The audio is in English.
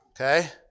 okay